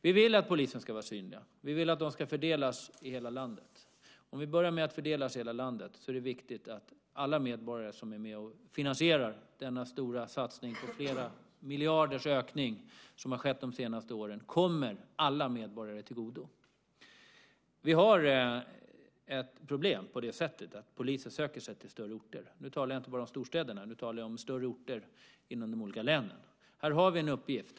Vi vill att poliserna ska vara synliga. Vi vill att de ska fördelas i hela landet. För att börja med fördelningen i hela landet är det viktigt att alla medborgare som varit med och finansierat den stora satsning på flera miljarder i ökning som skett de senaste åren också får del av denna. Vi har ett problem på det sättet att poliser söker sig till större orter. Då talar jag inte bara om storstäder utan om större orter inom de olika länen. Här har vi en uppgift.